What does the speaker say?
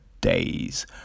days